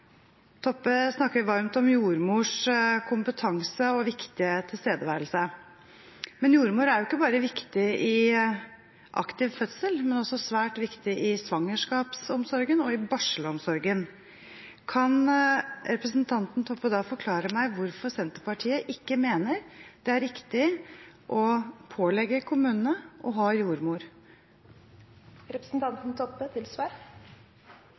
Toppe snakker varmt om jordmors kompetanse og viktige tilstedeværelse. Jordmor er ikke bare viktig i aktiv fødsel, men også svært viktig i svangerskapsomsorgen og i barselomsorgen. Kan representanten Toppe forklare meg hvorfor Senterpartiet ikke mener det er riktig å pålegge kommunene å ha jordmor? Vi pålegg kommunane å ha jordmorfagleg kompetanse og kompetanse til